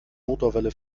motorwelle